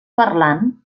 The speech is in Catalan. parlant